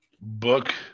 book